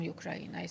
Ukraine